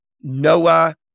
Noah